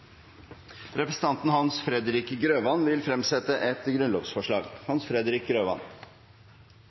Representanten Hans Fredrik Grøvan vil fremsette et grunnlovsforslag.